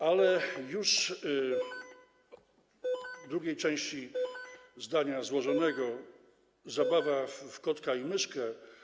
Ale już w drugiej części zdania złożonego - zabawa w kotka i myszkę.